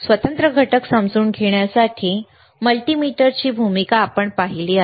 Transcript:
स्वतंत्र घटक समजून घेण्यासाठी मल्टीमीटरची भूमिका आपण पाहिली आहे